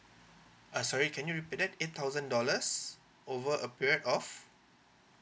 uh sorry can you repeat that eight thousand dollars over a period of